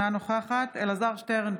אינה נוכחת אלעזר שטרן,